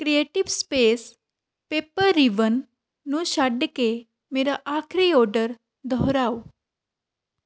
creative space paper ribbon ਨੂੰ ਛੱਡ ਕੇ ਮੇਰਾ ਆਖਰੀ ਔਡਰ ਦੁਹਰਾਓ